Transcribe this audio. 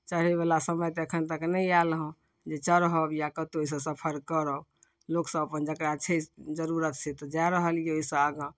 चढ़यवला समय तऽ एखन तक नहि आयल हँ जे चढ़ब या कतहु एहिसँ सफर करब लोकसभ अपन जकरा छै जरूरत से तऽ जाए रहल यए ओहिसँ आगाँ